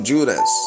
Judas